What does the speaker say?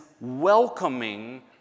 welcoming